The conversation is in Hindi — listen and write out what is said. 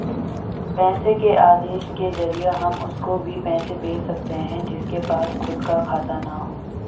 पैसे के आदेश के जरिए हम उसको भी पैसे भेज सकते है जिसके पास खुद का खाता ना हो